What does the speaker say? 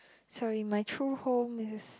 sorry my true home is